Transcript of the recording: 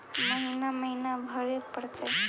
महिना महिना भरे परतैय?